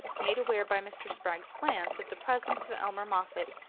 made aware by mr. spragg's glance of the presence of elmer moffatt,